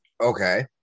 Okay